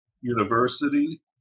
university